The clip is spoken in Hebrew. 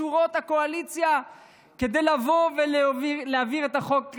שורות הקואליציה כדי לבוא ולהעביר את החוק,